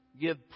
give